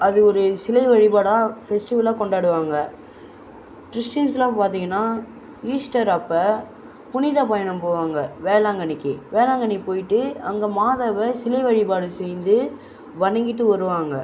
அது ஒரு சிலை வழிபாடாக ஃபெஸ்ட்டிவலாக கொண்டாடுவாங்க கிறிஸ்ட்டின்ஸ்லாம் பார்த்தீங்கன்னா ஈஸ்டர் அப்போ புனித பயணம் போவாங்க வேளாங்கண்ணிக்கு வேளாங்கண்ணிக்கு போய்விட்டு அங்கே மாதாவை சிலை வழிபாடு செய்து வணங்கிவிட்டு வருவாங்க